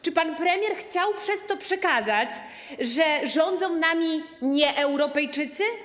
Czy pan premier chciał przez to przekazać, że rządzą nami nie-Europejczycy?